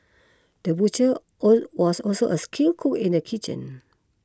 the butcher or was also a skilled cook in the kitchen